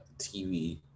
TV